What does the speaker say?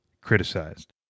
criticized